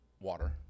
water